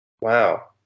Wow